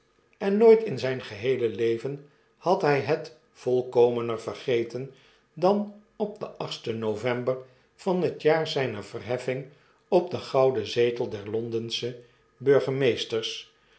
en nooit in zjjn geheele leven had hy het volkomener vergeten dan op den achtsten november van het jaar zynef verheffing op den gouden zetel der londensche